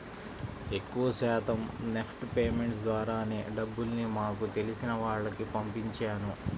ఎక్కువ శాతం NEFT payments ద్వారానే డబ్బుల్ని మాకు తెలిసిన వాళ్లకి పంపించాను